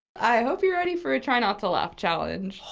i hope you're ready for a try not to laugh challenge.